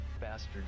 bastard